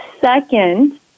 Second